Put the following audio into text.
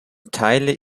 teile